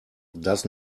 does